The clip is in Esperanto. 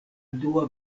dua